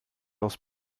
aus